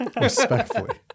respectfully